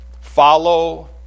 follow